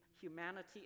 humanity